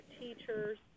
teachers